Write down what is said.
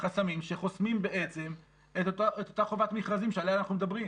החסמים שחוסמים בעצם את אותה חובת מכרזים שעליה אנחנו מדברים.